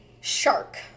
shark